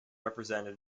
represented